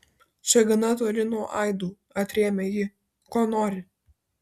čia gana toli nuo aidų atrėmė ji ko nori